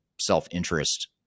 self-interest